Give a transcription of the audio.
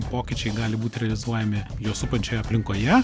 pokyčiai gali būti realizuojami juos supančioje aplinkoje